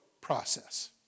process